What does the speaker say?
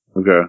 Okay